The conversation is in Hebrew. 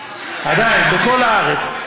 בוודאי, בכל הארץ.